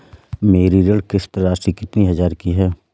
मेरी ऋण किश्त राशि कितनी हजार की है?